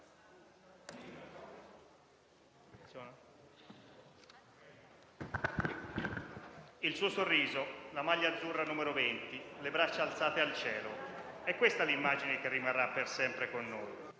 Il suo sorriso, la maglia azzurra numero 20, le braccia alzate al cielo: è questa l'immagine che rimarrà per sempre con noi.